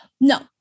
No